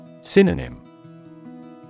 Synonym